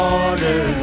order